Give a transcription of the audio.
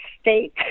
state